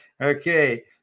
Okay